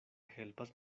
helpas